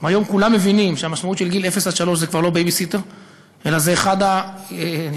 והיום כולם מבינים שהמשמעות של גיל אפס עד שלוש זה כבר לא בייביסיטר,